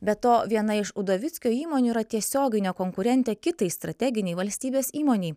be to viena iš udovickio įmonių yra tiesioginė konkurentė kitai strateginei valstybės įmonei